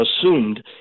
assumed